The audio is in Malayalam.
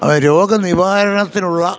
അത് രോഗനിവാരണത്തിനുള്ള